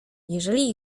jeżeli